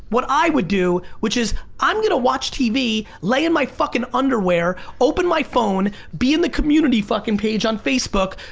what i would do, which is i'm gonna watch tv, lay in my fucking underwear, open my phone, be in the community fucking page on facebook,